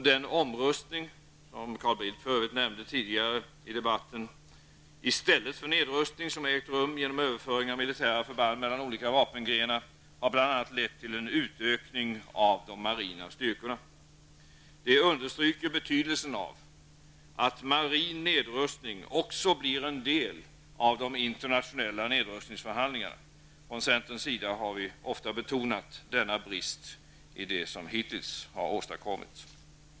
Den omrustning som Carl Bildt tidigare nämnde i debatten -- i stället för nedrustning -- som har ägt rum genom överföring av militära förband mellan olika vapengrenar, har bl.a. lett till en utökning av de marina styrkorna. Det understryker betydelsen av att marin nedrustning också måste ingå som en del i de internationella nedrustningsförhandlingarna. Centern har ofta betonat denna brist i det som hittills har åstadkommits.